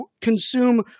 consume